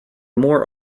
more